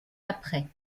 après